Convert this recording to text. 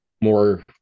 more